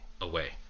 away